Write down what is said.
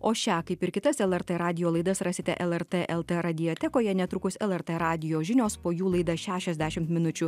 o šią kaip ir kitas lrt radijo laidas rasite lrt lt radiotekoje netrukus lrt radijo žinios po jų laida šešiasdešim minučių